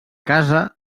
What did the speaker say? casa